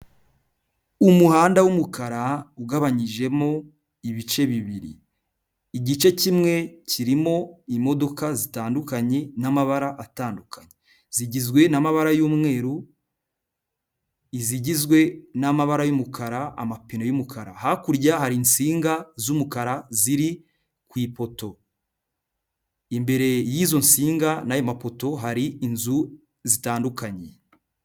Umuhanda w'umukara ugabanyijemo ibice bibiri, igice kimwe kirimo imodoka zitandukanye n'amabara atandukanye, zigizwe n'amabara y'umweru, izigizwe n'amabara y'umukara n'amapine y'umukara, hakurya hari insinga z'umukara ziri ku ipoto, imbere y'izo nsinga n'ayo mapoto hari inzu zitandukanye.